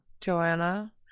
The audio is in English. joanna